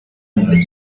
mairie